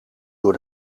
door